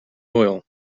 oil